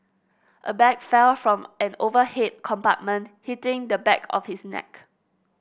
a bag fell from an overhead compartment hitting the back of his neck